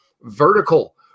Vertical